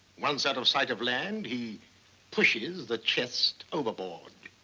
once out of sight of land he pushes the chest overboard.